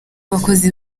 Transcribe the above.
abakozi